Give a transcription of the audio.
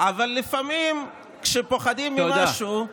אבל לפעמים כשפוחדים ממשהו אז זה, אפשר משהו אחר?